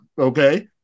Okay